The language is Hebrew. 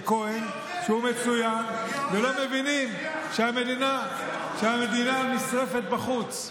כהן, שהוא מצוין, ולא מבינים שהמדינה נשרפת בחוץ.